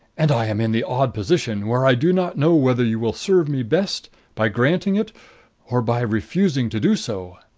and i am in the odd position where i do not know whether you will serve me best by granting it or by refusing to do so.